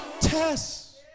test